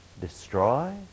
destroy